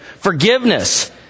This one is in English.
forgiveness